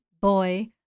boy